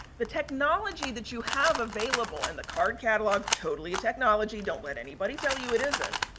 the technology that you have available in the card catalog, totally technology, don't let anybody tell you it isn't,